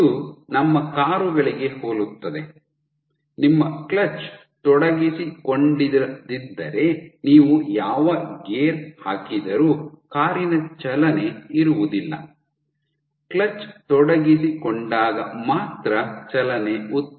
ಇದು ನಮ್ಮ ಕಾರುಗಳಿಗೆ ಹೋಲುತ್ತದೆ ನಿಮ್ಮ ಕ್ಲಚ್ ತೊಡಗಿಸಿಕೊಂಡಿರದ್ದಿದ್ದರೆ ನೀವು ಯಾವ ಗೇರ್ ಹಾಕಿದರೂ ಕಾರಿನ ಚಲನೆ ಇರುವುದಿಲ್ಲ ಕ್ಲಚ್ ತೊಡಗಿಸಿಕೊಂಡಾಗ ಮಾತ್ರ ಚಲನೆ ಉತ್ಪತ್ತಿಯಾಗುತ್ತದೆ